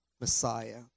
messiah